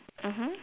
mmhmm